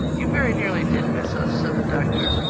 you very nearly did miss us, said the doctor.